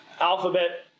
Alphabet